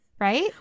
Right